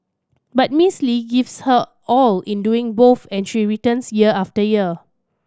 but Miss Lee gives her all in doing both and she returns year after year